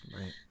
Right